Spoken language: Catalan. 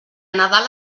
nadal